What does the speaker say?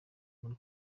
muri